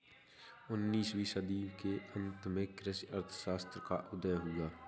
उन्नीस वीं सदी के अंत में कृषि अर्थशास्त्र का उदय हुआ